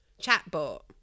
chatbot